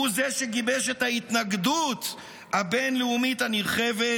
הוא זה שגיבש את ההתנגדות הבין-לאומית הנרחבת